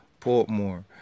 Portmore